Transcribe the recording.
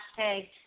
hashtag